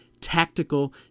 tactical